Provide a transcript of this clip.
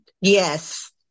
yes